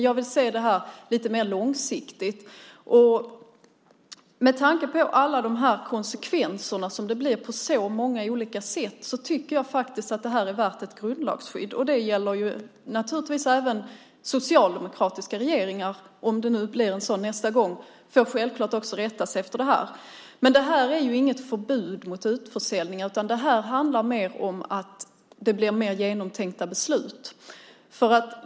Jag vill se det här lite mer långsiktigt. Med tanke på alla de konsekvenser som det blir på många olika sätt tycker jag att det här är värt ett grundlagsskydd, och det gäller naturligtvis även socialdemokratiska regeringar. Om det blir en sådan nästa gång får den naturligtvis rätta sig efter det. Det här är inget förbud mot utförsäljningar, utan det handlar mer om att det blir mer genomtänkta beslut.